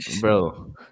Bro